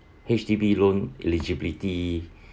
H_D_B loan eligibility